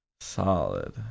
solid